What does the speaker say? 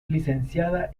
licenciada